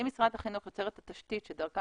אם משרד החינוך יוצר את התשתית שדרכה